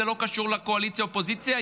וזה לא קשור לקואליציה אופוזיציה,